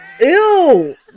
Ew